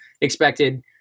expected